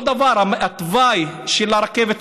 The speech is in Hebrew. אותו דבר התוואי של הרכבת,